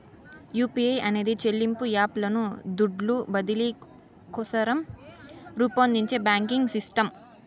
UPI అనేది చెల్లింపు app లను దుడ్లు బదిలీ కోసరం రూపొందించే బాంకింగ్ సిస్టమ్